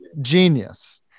genius